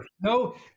No